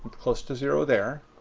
close to zero there.